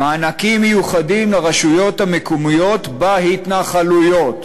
מענקים מיוחדים לרשויות המקומיות בהתנחלויות.